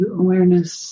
awareness